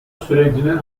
sürecinin